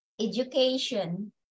Education